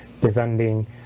defending